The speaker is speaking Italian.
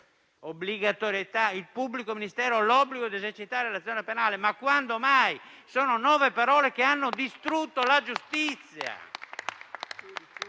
penale: il pubblico ministero ha l'obbligo di esercitare l'azione penale. Ma quando mai? Sono nove parole che hanno distrutto la giustizia.